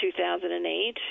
2008